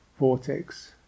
Vortex